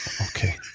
Okay